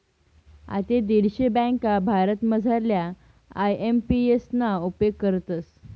आते दीडशे ब्यांका भारतमझारल्या आय.एम.पी.एस ना उपेग करतस